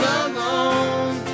alone